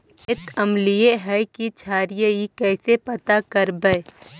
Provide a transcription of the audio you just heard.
खेत अमलिए है कि क्षारिए इ कैसे पता करबै?